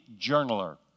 journaler